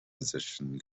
position